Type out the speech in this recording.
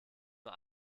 nur